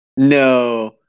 No